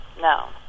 No